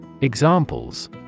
Examples